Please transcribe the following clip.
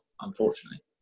unfortunately